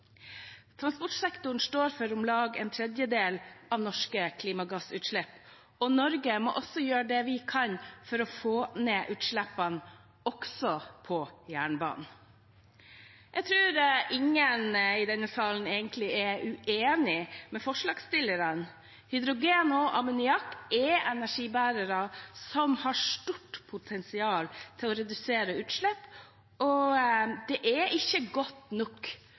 transportsektoren. Transportsektoren står for om lag en tredel av norske klimagassutslipp, og Norge må gjøre det vi kan for å få ned utslippene, også på jernbanen. Jeg tror ingen i denne salen egentlig er uenig med forslagsstillerne: Hydrogen og ammoniakk er energibærere som har stort potensial til å redusere utslipp, og det er ikke godt nok